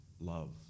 love